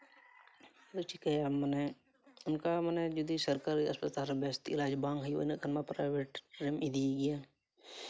ᱟᱨ ᱪᱤᱠᱟᱹᱭᱟᱢ ᱢᱟᱱᱮ ᱚᱱᱠᱟ ᱢᱟᱱᱮ ᱡᱩᱫᱤ ᱥᱚᱨᱠᱟᱨᱤ ᱦᱟᱥᱯᱟᱛᱟᱞ ᱨᱮ ᱡᱟᱹᱥᱛᱤ ᱮᱞᱟᱡᱽ ᱵᱟᱝ ᱦᱩᱭᱩᱜᱼᱟ ᱤᱱᱟᱹᱜ ᱠᱷᱟᱱ ᱯᱨᱟᱭᱵᱷᱮᱹᱴ ᱨᱮᱢ ᱤᱫᱤᱭᱮᱭᱟ